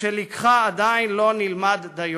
שלקחה עדיין לא נלמד דיו.